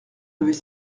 devait